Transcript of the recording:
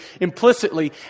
implicitly